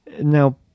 Now